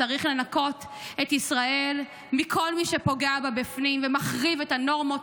צריך לנקות את ישראל מכל מי שפוגע בה בפנים ומחריב את הנורמות,